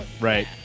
Right